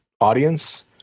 audience